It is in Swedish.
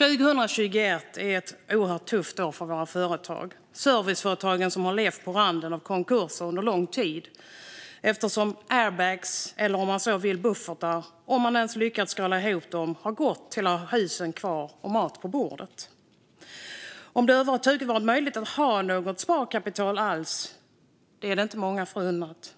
År 2021 är ett oerhört tufft år för våra företag. Serviceföretagen har levt på randen till konkurser under lång tid eftersom airbags eller om man så vill buffertar, om man ens lyckats skrapa ihop sådana, har gått till att ha husen kvar och mat på bordet. Möjligheten att över huvud taget ha något sparkapital är inte många förunnat.